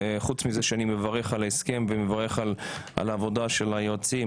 חוץ מזה שאני מברך על ההסכם ומברך על העבודה של היועצים,